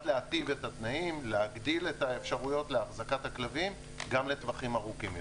להיטיב את התנאים גם לטווחים ארוכים יותר.